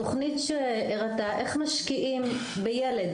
זו תוכנית שבעצם הראתה איך משקיעים בילד.